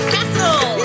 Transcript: Castle